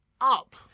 up